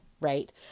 right